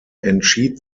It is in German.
entschied